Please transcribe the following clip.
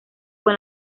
con